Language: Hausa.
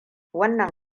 wannan